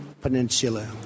Peninsula